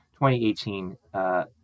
2018